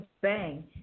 bang